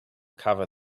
cover